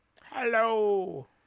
Hello